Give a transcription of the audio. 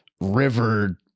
river